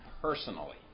personally